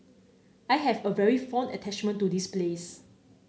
I have a very fond attachment to this place